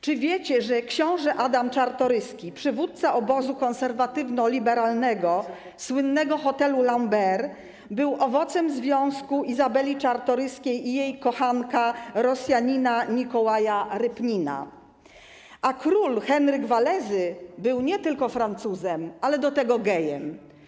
Czy wiecie, że książę Adam Czartoryski, przywódca obozu konserwatywno-liberalnego, słynnego Hôtel Lambert, był owocem związku Izabeli Czartoryskiej i jej kochanka Rosjanina Nikołaja Repnina, a król Henryk Walezy był nie tylko Francuzem, ale do tego gejem?